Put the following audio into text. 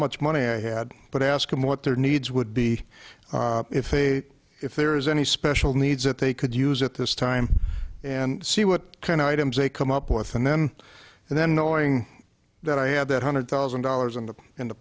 much money i had but ask them what their needs would be if they if there is any special needs that they could use at this time and see what kind of items they come up with and then and then knowing that i have that hundred thousand dollars in the in the